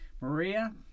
Maria